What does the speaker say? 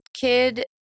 kid